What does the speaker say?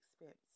expense